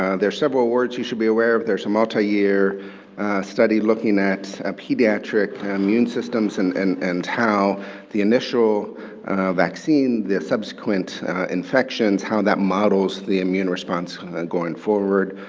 ah there're several words you should be aware of, there's a multi-year study looking at ah pediatric immune systems and and and how the initial vaccine, the subsequent infections, how that models the immune response going forward.